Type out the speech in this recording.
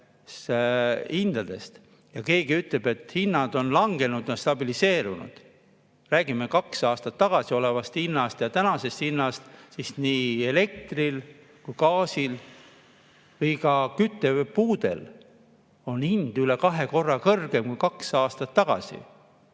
ja keegi ütleb, et hinnad on langenud või on stabiliseerunud, ja räägime kaks aastat tagasi olevast hinnast ja tänasest hinnast, siis nii elektri, gaasi ja ka küttepuude hind on üle kahe korra kõrgem kui kaks aastat tagasi.